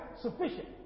sufficient